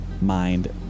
mind